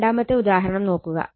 രണ്ടാമത്തെ ഉദാഹരണം നോക്കുക